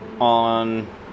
on